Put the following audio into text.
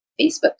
Facebook